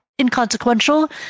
inconsequential